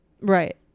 right